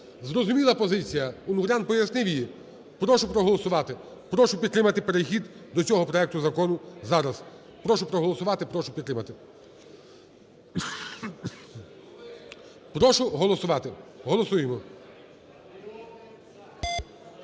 Зрозуміла позиція? Унгурян пояснив її. Прошу проголосувати, прошу підтримати перехід до цього проекту закону зараз. Прошу проголосувати, прошу підтримати. Прошу голосувати, голосуємо.